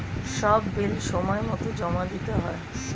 সব বিল সময়মতো জমা দিতে হয়